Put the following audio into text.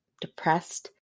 depressed